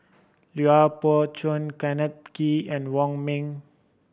Lui Pao Chuen Kenneth Kee and Wong Ming